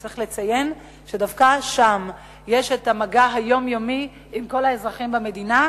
צריך לציין שדווקא שם יש את המגע היומיומי עם כל האזרחים במדינה,